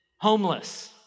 homeless